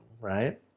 right